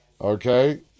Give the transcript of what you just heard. Okay